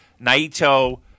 Naito